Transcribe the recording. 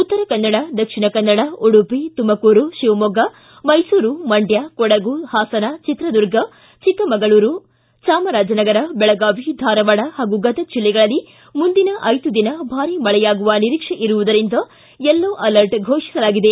ಉತ್ತರ ಕನ್ನಡ ದಕ್ಷಿಣ ಕನ್ನಡ ಉಡುಪಿ ತುಮಕೂರು ಶಿವಮೊಗ್ಗ ಮೈಸೂರು ಮಂಡ್ಯ ಕೊಡಗು ಹಾಸನ ಚಿತ್ರದುರ್ಗ ಚಿಕ್ಕಮಗಳೂರು ಚಾಮರಾಜನಗರ ಬೆಳಗಾವಿ ಧಾರವಾಡ ಹಾಗೂ ಗದಗ ಜಿಲ್ಲೆಗಳಲ್ಲಿ ಮುಂದಿನ ಐದು ದಿನ ಭಾರಿ ಮಳೆಯಾಗುವ ನಿರೀಕ್ಷೆ ಇರುವುದರಿಂದ ಯೆಲ್ಲೊ ಅಲರ್ಟ್ ಘೋಷಿಸಲಾಗಿದೆ